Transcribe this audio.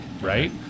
right